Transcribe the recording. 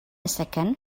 second